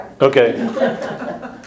Okay